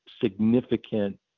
significant